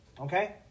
okay